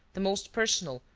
the most personal,